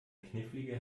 knifflige